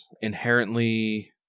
inherently